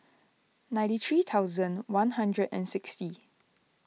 ninety three thousand one hundred and sixty